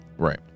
Right